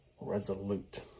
resolute